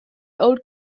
old